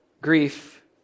grief